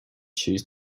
choose